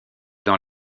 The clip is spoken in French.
dans